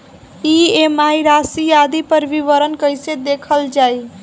EMI राशि आदि पर विवरण कैसे देखल जाइ?